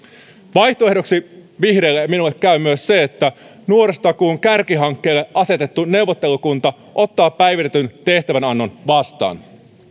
vaihtoehdoksi vihreille ja minulle käy myös se että nuorisotakuun kärkihankkeelle asetettu neuvottelukunta ottaa päivitetyn tehtävänannon vastaan